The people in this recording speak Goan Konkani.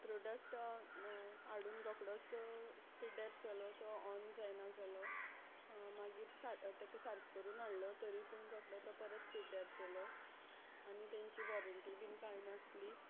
प्रोडक्ट हाडून रोखडोच पिड्ड्यार जालो तो ऑन जायना जालो मागीर सार ताका सारको करून हाडलो तरी पूण रोखडोच तो परत पिड्ड्यार जालो आनी ताची वॉरंटी बीन कांय नासली